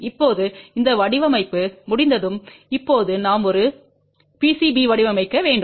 இப்போது அந்த வடிவமைப்பு முடிந்ததும் இப்போது நாம் ஒரு பிசிபியை வடிவமைக்க வேண்டும்